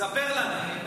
ספר לנו.